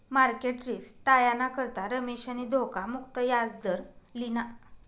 market risk टायाना करता रमेशनी धोखा मुक्त याजदर लिना